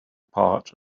part